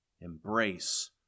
Embrace